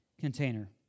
container